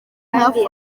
hafi